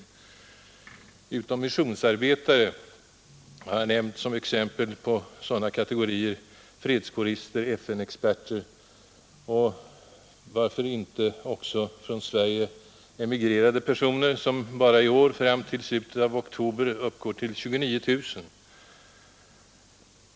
Utom missionsarbetarna har jag som exempel på sådana kategorier nämnt fredskårister, FN-experter och, varför inte, också från Sverige emigrerade personer — 29 000 har emigrerat bara i år fram till slutet av oktober.